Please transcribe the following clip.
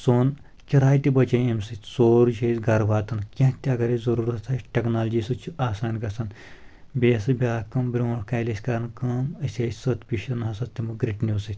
سون کِراے تہِ بچٲی امہِ سۭتۍ سورُے چھُ اَسہِ گرٕ واتان کینٛہہ تہِ اگر اَسہِ ضروٗرتھ آسہِ ٹیکنالجی سۭتۍ چھُ آسان گژھان بیٚیہِ ہسا بیاکھ کٲم برونٛٹھ کالہِ ٲسۍ کران کٲم أسۍ ٲسۍ ستپشن ہسا تِمو گرِٹنیو سۭتۍ